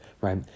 right